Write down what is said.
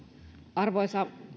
arvoisa